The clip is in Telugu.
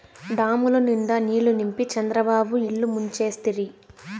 డాముల నిండా నీళ్ళు నింపి చంద్రబాబు ఇల్లు ముంచేస్తిరి